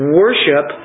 worship